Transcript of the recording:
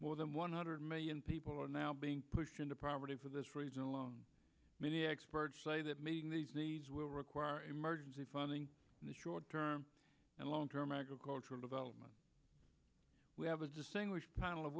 more than one hundred million people are now being pushed into poverty for this reason alone many experts say that making these needs will require emergency funding in the short term and long term agricultural development we have a distinguished panel of